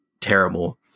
terrible